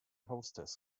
hostess